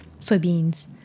soybeans